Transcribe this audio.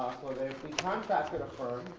be contracts but affirmed,